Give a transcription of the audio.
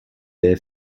their